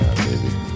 baby